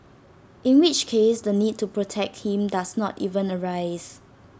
in which case the need to protect him does not even arise